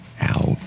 out